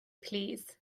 plîs